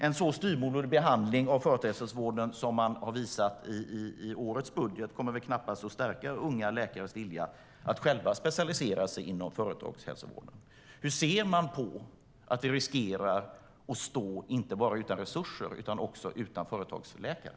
En sådan styvmoderlig behandling av företagshälsovården som regeringen har visat i årets budget kommer knappast att stärka unga läkares vilja att specialisera sig inom företagshälsovården. Hur ser regeringen på att företagshälsovården riskerar att stå inte bara utan resurser utan också utan företagsläkare?